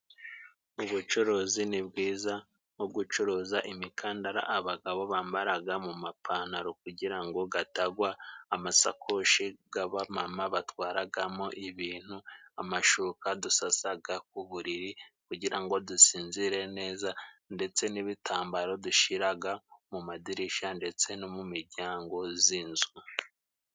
Ubucuruzi ni bwiza nko gucuruza imikandara abagabo bambaraga mu mapantaro kugira ngo gatagwa, amasakoshi g'abamama batwaragamo ibintu, amashuka dusasaga ku buriri kugira ngo dusinzire neza, ndetse n'ibitambaro dushiraga mu madirisha ndetse no mu mijyango z'inzu.